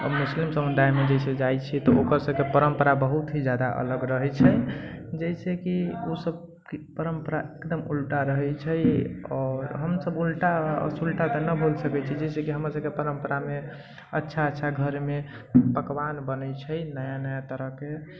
हम मुस्लिम समुदायमे जाइ छियै तऽ ओकर सभके परम्परा बहुत ही अलग रहै छै जैसे कि ओ सभ परम्परा एकदम उल्टा रहै छै आओर हमसभ उल्टा सुलटा तऽ नहि बोल सकै छी जैसे कि हमरा सभके परम्परामे अच्छा अच्छा घरमे पकवान बनै छै नया नया तरहके